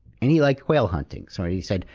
and he liked quail hunting. so he said,